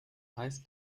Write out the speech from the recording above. heißt